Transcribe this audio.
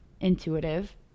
intuitive